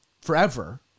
forever